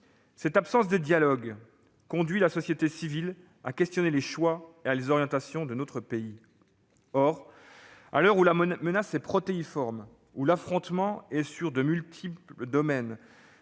Cette absence de dialogue conduit la société civile à remettre en cause les choix et les orientations de notre pays. Or, à l'heure où la menace est protéiforme et où l'affrontement se produit dans de multiples domaines,